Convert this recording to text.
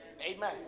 Amen